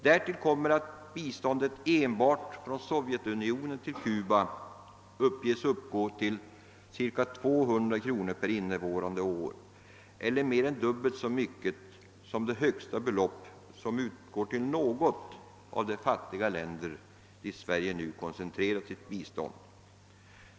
Därtill kommer att biståndet enbart från Sovjetunionen till Cuba uppges vara ca 200 kr. pr invånare och år, eller mer än dubbelt så mycket som det högsta belopp som utgår till något av de fattiga länder dit Sverige koncentrerat sitt bistånd.